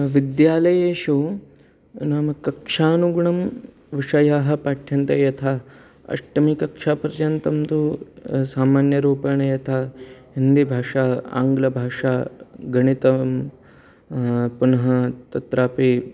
विद्यालयेषु नाम कक्षानुगुणं विषयाः पाठ्यन्ते यथा अष्टमीकक्षापर्यन्तन्तु सामान्यरूपेण यथा हिन्दीभाषा आङ्गलभाषा गणितं पुनः तत्रापि